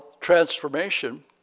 transformation